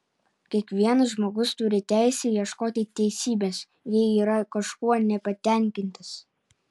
kiekvienas žmogus turi teisę ieškoti teisybės jei yra kažkuo nepatenkintas